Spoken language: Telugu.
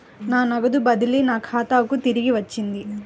నా నగదు బదిలీ నా ఖాతాకు తిరిగి వచ్చింది